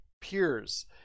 peers